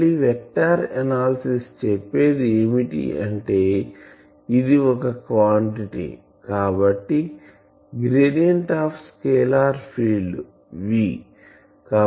మళ్ళి vector analysis చెప్పేది ఏమిటి అంటే ఇది ఒక క్వాంటిటీ కాబట్టి gradient of scalar field V